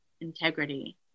integrity